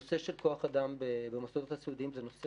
הנושא של כוח אדם במוסדות הסיעודיים זה נושא